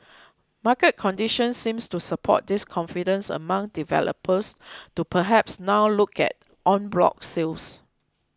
market conditions seems to support this confidence among developers to perhaps now look at en bloc sales